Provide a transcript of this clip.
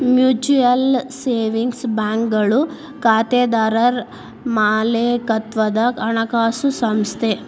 mutual savings ಬ್ಯಾಂಕ್ಗಳು ಖಾತೆದಾರರ್ ಮಾಲೇಕತ್ವದ ಹಣಕಾಸು ಸಂಸ್ಥೆ